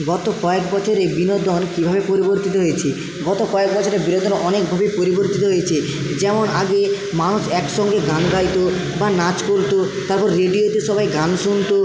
গত কয়েক বছরে বিনোদন কীভাবে পরিবর্তিত হয়েছে গত কয়েক বছরে বিনোদন অনেকভাবেই পরিবর্তিত হয়েছে যেমন আগে মানুষ একসঙ্গে গান গাইতো বা নাচ করতো তারপর রেডিওতে সবাই গান শুনতো